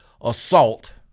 assault